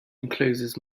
encloses